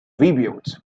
rebuilt